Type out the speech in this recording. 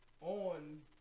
on